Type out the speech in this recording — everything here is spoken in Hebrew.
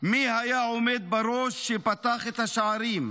מי היה עומד בראש, שפתח את השערים.